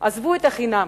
עזבו את ה"חינם",